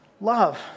Love